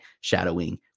shadowing